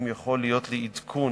אם יכול להיות לי עדכון